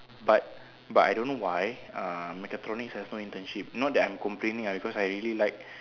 but but I don't know why uh mechatronics has no internship not that I am complaining ah because I really like